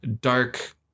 dark